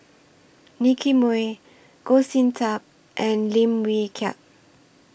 Nicky Moey Goh Sin Tub and Lim Wee Kiak